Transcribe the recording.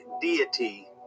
deity